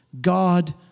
God